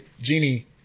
genie